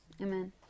Amen